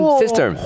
sister